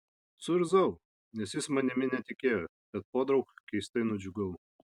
suirzau nes jis manimi netikėjo bet podraug keistai nudžiugau